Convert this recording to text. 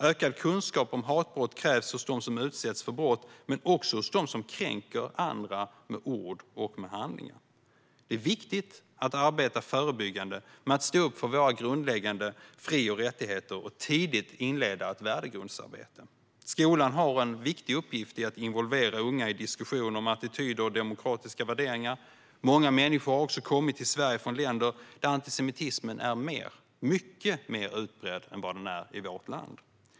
Ökad kunskap om hatbrott krävs hos dem som utsätts för brott men också hos dem som kränker andra med ord och med handlingar. Det är viktigt att arbeta förebyggande med att stå upp för våra grundläggande fri och rättigheter och att tidigt inleda ett värdegrundsarbete. Skolan har en viktig uppgift i att involvera unga i diskussioner om attityder och demokratiska värderingar. Många människor har också kommit till Sverige från länder där antisemitismen är mer, mycket mer, utbredd än vad den är i vårt land.